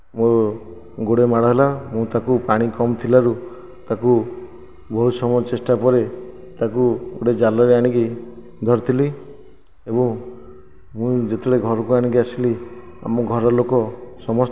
ମୋ ଗୋଡ଼ରେ ମାଡ଼ ହେଲା ମୁଁ ତାକୁ ପାଣି କମ ଥିଲାରୁ ତାକୁ ବହୁତ ସମୟ ଚେଷ୍ଟା ପରେ ତାକୁ ଗୋଟିଏ ଜାଲରେ ଆଣିକି ଧରିଥିଲି ଏବଂ ମୁଁ ଯେତେବେଳେ ଘରକୁ ଆଣିକି ଆସିଲି ଆମ ଘର ଲୋକ ସମସ୍ତେ